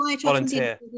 volunteer